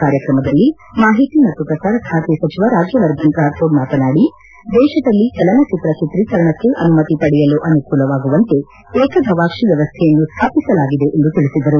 ಕಾರ್ಯಕ್ರಮದಲ್ಲಿ ಮಾಹಿತಿ ಮತ್ತು ಪ್ರಸಾರ ಖಾತೆ ಸಚಿವ ರಾಜ್ಯವರ್ಧನ್ ರಾಥೋಡ್ ಮಾತನಾಡಿ ದೇಶದಲ್ಲಿ ಚಲನಚಿತ್ರ ಚಿತ್ರೀಕರಣಕ್ಕೆ ಅನುಮತಿ ಪಡೆಯಲು ಅನುಕೂಲವಾಗುವಂತೆ ಏಕ ಗವಾಕ್ಷಿ ವ್ಯವಸ್ಥೆಯನ್ನು ಸ್ಥಾಪಿಸಲಾಗಿದೆ ಎಂದು ತಿಳಿಸಿದರು